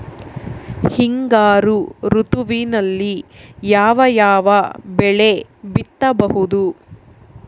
ಹಿಂಗಾರು ಋತುವಿನಲ್ಲಿ ಯಾವ ಯಾವ ಬೆಳೆ ಬಿತ್ತಬಹುದು?